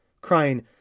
crying